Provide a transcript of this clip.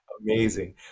amazing